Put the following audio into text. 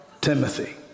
Timothy